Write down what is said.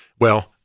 Well-